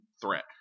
threat